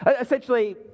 Essentially